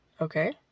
okay